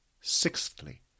Sixthly